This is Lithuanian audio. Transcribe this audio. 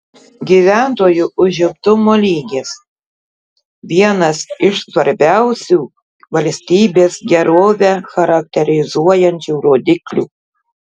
gyventojų užimtumo lygis vienas iš svarbiausių valstybės gerovę charakterizuojančių rodiklių